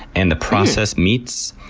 and the processed meats,